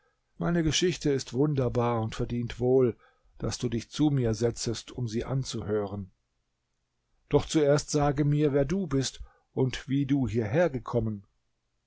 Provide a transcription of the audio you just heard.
meine geschichte ist wunderbar und verdient wohl daß du dich zu mir setzest um sie anzuhören doch zuerst sage mir wer du bist und wie du hierhergekommen